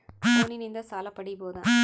ಫೋನಿನಿಂದ ಸಾಲ ಪಡೇಬೋದ?